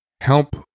help